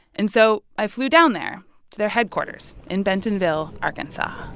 and so i flew down there to their headquarters in bentonville, ark and so